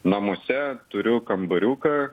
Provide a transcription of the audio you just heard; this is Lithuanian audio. namuose turiu kambariuką